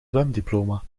zwemdiploma